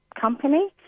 company